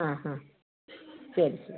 ആ ഹാ ശരി ശരി